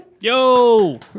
Yo